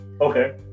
Okay